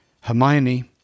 Hermione